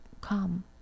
come